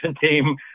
team